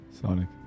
Sonic